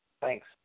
Thanks